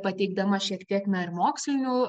pateikdama šiek tiek na ir mokslinių